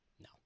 No